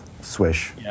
swish